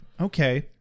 Okay